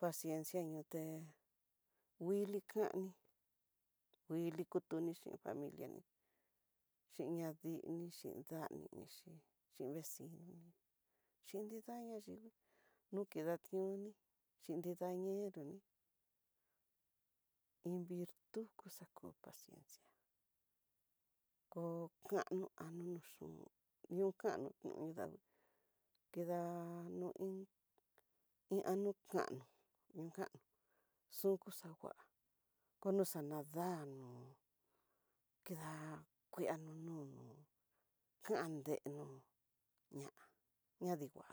pasiencia nrute nguili kani, nguili kutuni xhin familia ni, xhin ñadiini xhin dani inixhi xhin vecinoni chin nrida ña yingui, nuketioni xhinida nenroni, iin virtud ku xaku paciencia ko kano anonochon, nio kano no nio davii, nrida no ín iin nradukanu, ñukano xunku xangua kono xanadanó kida kua nono kandeno ña ñadingua.